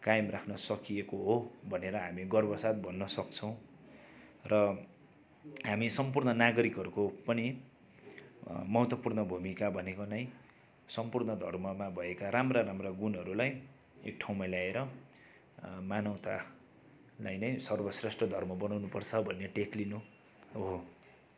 कायम राख्न सकिएको हो भनेर हामी गर्वसाथ भन्न सक्छौँ र हामी सम्पूर्ण नागरिकहरूको पनि महत्त्वपूर्ण भूमिका भनेको नै सम्पूर्ण धर्ममा भएका राम्रा राम्रा गुणहरूलाई एक ठाउँमा ल्याएर मानवतालाई नै सर्वश्रेष्ठ धर्म बनाउनुपर्छ भन्ने टेक लिनु हो